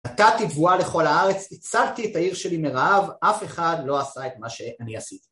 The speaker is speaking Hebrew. נתתי תבואה לכל הארץ, הצלתי את העיר שלי מרעב, אף אחד לא עשה את מה שאני עשיתי.